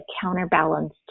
counterbalance